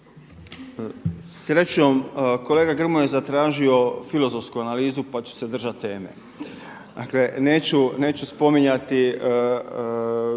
Srećom kolega Gromja je zatražio filozofsku analizu pa ću se držati teme. Dakle neću spominjati